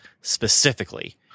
specifically